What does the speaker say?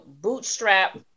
bootstrap